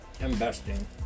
Investing